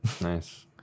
Nice